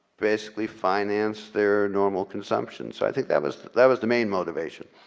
basically finance their normal consumptions. i think that was that was the main motivation.